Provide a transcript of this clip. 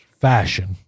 Fashion